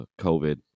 COVID